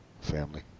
family